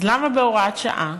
אז למה בהוראת שעה?